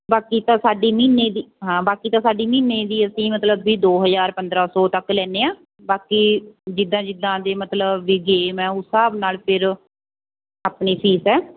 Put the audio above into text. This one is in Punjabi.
ਬਾਕੀ ਤਾਂ ਸਾਡੀ ਮਹੀਨੇ ਦੀ ਹਾਂ ਬਾਕੀ ਤਾਂ ਸਾਡੀ ਮਹੀਨੇ ਦੀ ਅਸੀਂ ਮਤਲਬ ਵੀ ਦੋ ਹਜ਼ਾਰ ਪੰਦਰਾਂ ਸੌ ਤੱਕ ਲੈਂਦੇ ਹਾਂ ਬਾਕੀ ਜਿੱਦਾਂ ਜਿੱਦਾਂ ਦੇ ਮਤਲਬ ਵੀ ਗੇਮ ਹੈ ਉਸ ਹਿਸਾਬ ਨਾਲ ਫਿਰ ਆਪਣੀ ਫੀਸ ਹੈ